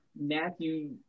Matthew